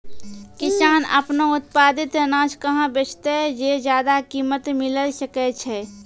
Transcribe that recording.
किसान आपनो उत्पादित अनाज कहाँ बेचतै जे ज्यादा कीमत मिलैल सकै छै?